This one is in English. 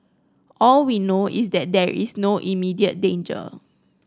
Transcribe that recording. all we know is that there is no immediate danger